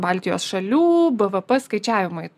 baltijos šalių bvp skaičiavimai